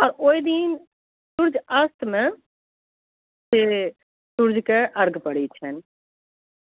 आओर ओहि दिन सूर्य अस्तमेसँ सूर्यके अर्घ्य पड़ै छनि